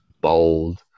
bold